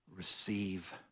Receive